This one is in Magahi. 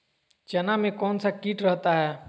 चना में कौन सा किट रहता है?